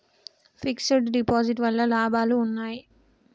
Fix డ్ deposit వల్ల లాభాలు ఉన్నాయి?